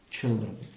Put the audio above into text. children